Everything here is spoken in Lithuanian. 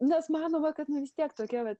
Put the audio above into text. nes manoma kad nu vis tiek tokie va